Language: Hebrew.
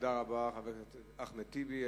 תודה רבה לחבר הכנסת אחמד טיבי.